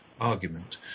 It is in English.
argument